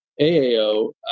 AAO